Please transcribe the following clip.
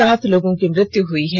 सात लोगों की मृत्यु हुई है